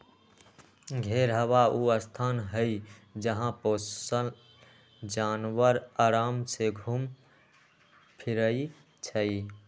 घेरहबा ऊ स्थान हई जहा पोशल जानवर अराम से घुम फिरइ छइ